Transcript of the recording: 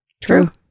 True